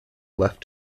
left